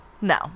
no